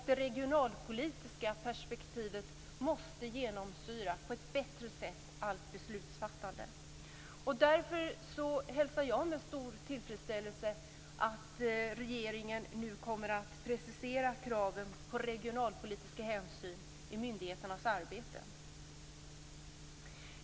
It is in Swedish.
Det regionalpolitiska perspektivet måste genomsyra allt beslutsfattande på ett bättre sätt. Därför hälsar jag med stor tillfredsställelse att regeringen nu kommer att precisera kraven på regionalpolitiska hänsyn i myndigheternas arbete.